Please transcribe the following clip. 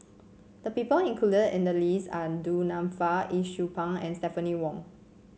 the people included in the list are Du Nanfa Yee Siew Pun and Stephanie Wong